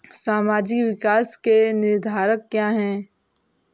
सामाजिक विकास के निर्धारक क्या है?